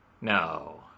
No